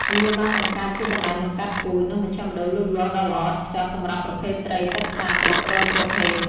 វាបានបង្កើតជាកន្លែងបង្កាត់ពូជ និងមជ្ឈមណ្ឌលលូតលាស់ដ៏ល្អឥតខ្ចោះសម្រាប់ប្រភេទត្រីទឹកសាបរាប់រយប្រភេទ។